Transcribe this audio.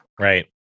Right